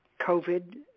COVID